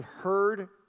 heard